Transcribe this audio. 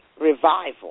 revival